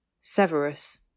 Severus